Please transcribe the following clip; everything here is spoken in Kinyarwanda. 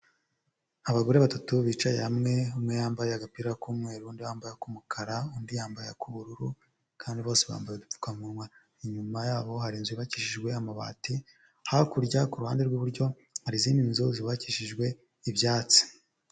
Abagore batatu bicaye hamwe, umwe yambaye agapira k'umweru, undi wambaye ak'umukara, undi yambaye ak'ubururu kandi bose bambaye udupfukamunwa, inyuma yabo hari inzu yubakishijwe amabati, hakurya ku ruhande rw'iburyo, hari izindi nzu zubabakishijwe ibyatsi.